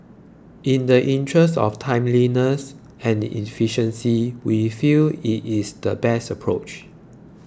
in the interest of timeliness and efficiency we feel it is the best approach